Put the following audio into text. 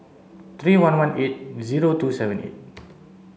three one one eight zero two seven eight